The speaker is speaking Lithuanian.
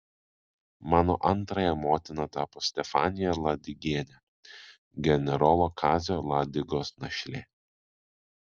mano antrąja motina tapo stefanija ladigienė generolo kazio ladigos našlė